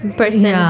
person